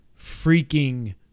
freaking